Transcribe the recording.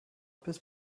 bis